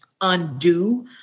undo